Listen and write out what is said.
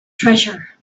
treasure